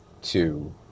Two